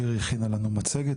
שירי הכינה לנו מצגת,